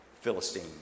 Philistine